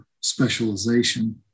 specialization